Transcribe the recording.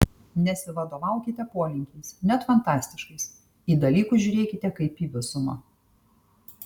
nesivadovaukite polinkiais net fantastiškais j dalykus žiūrėkite kaip į visumą